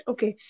Okay